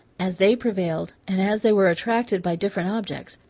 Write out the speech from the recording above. as they prevailed, and as they were attracted by different objects,